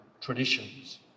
traditions